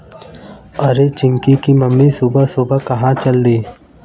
अरे चिंकी की मम्मी सुबह सुबह कहां चल दी?